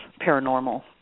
Paranormal